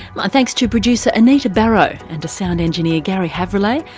my thanks to producer anita barraud, and to sound engineer gary havrillay.